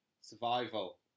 survival